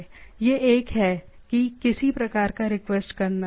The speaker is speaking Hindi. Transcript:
एक यह है कि किसी चीज का रिक्वेस्ट करना